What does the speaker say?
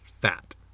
fat